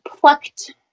plucked